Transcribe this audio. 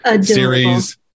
series